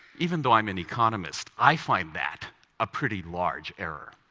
even though i'm an economist, i find that a pretty large error.